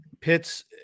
Pitts